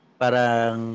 parang